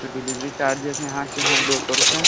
तो delivery charges यहाँ के हैं दो सौ रुपये